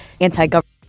Anti-government